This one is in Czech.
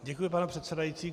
Děkuji, pane předsedající.